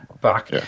back